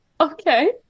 Okay